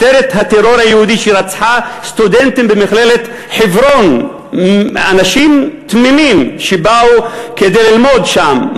שרצחה סטודנטים במכללת חברון אנשים תמימים שבאו כדי ללמוד שם,